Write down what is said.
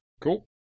Cool